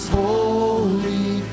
holy